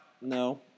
No